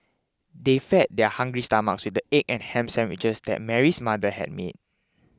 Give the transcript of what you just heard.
they fed their hungry stomachs the egg and ham sandwiches that Mary's mother had made